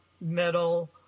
metal